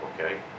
okay